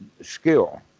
skill